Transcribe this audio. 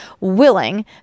willing